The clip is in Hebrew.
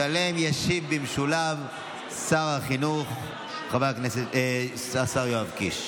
שעליהן ישיב במשולב שר החינוך השר יואב קיש.